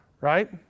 right